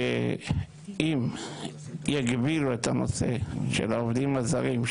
שאם יגבילו את הנושא של העובדים הזרים,